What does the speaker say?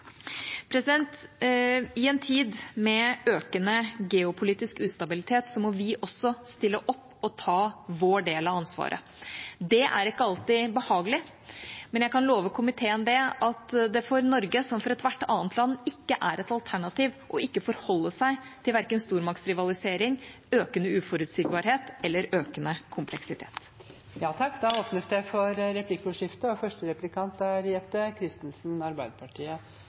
I en tid med økende geopolitisk ustabilitet må vi også stille opp og ta vår del av ansvaret. Det er ikke alltid behagelig, men jeg kan love komiteen at det for Norge, som for ethvert annet land, ikke er et alternativ å ikke forholde seg til verken stormaktsrivalisering, økende uforutsigbarhet eller økende kompleksitet. Det blir replikkordskifte. Jeg skal spørre utenriksministeren om noe fordi jeg faktisk lurer på noe. Det er